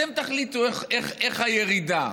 אתם תחליטו איך הירידה,